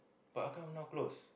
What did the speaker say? but how come now close